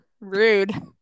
Rude